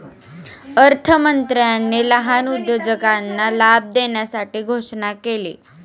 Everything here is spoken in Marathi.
अर्थमंत्र्यांनी लहान उद्योजकांना लाभ देण्यासाठी घोषणा केली